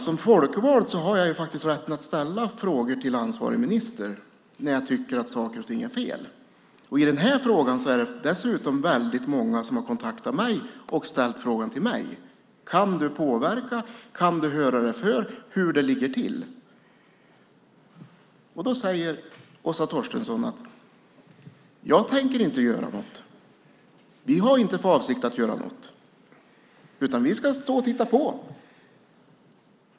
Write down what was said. Som folkvald har jag faktiskt rätt att ställa frågor till ansvarig minister när jag tycker att saker och ting är fel. I denna fråga är det dessutom många som har kontaktat mig och ställt frågan till mig: Kan du påverka och höra dig för hur det ligger till? Åsa Torstensson säger då att hon inte tänker göra något, att man inte har för avsikt att göra något utan att man tänker stå och titta på.